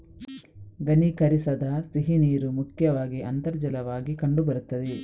ಘನೀಕರಿಸದ ಸಿಹಿನೀರು ಮುಖ್ಯವಾಗಿ ಅಂತರ್ಜಲವಾಗಿ ಕಂಡು ಬರುತ್ತದೆ